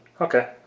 Okay